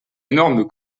énorme